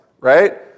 right